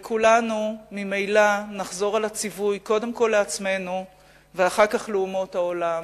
כולנו ממילא נחזור על הציווי קודם כול לעצמנו ואחר כך לאומות העולם: